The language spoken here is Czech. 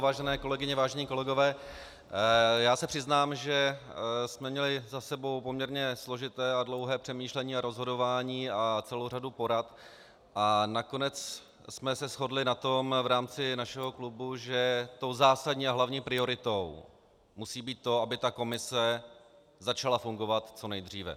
Vážené kolegyně, vážení kolegové, já se přiznám, že jsme měli za sebou poměrně složité a dlouhé přemýšlení a rozhodování a celou řadu porad a nakonec jsme se shodli v rámci našeho klubu na tom, že tou zásadní a hlavní prioritou musí být to, aby ta komise začala fungovat co nejdříve.